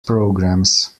programmes